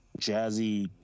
jazzy